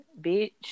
bitch